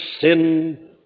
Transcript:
sin